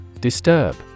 Disturb